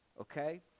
okay